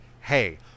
hey